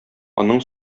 аның